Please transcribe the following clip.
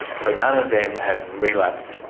so none of them have relapsed,